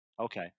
okay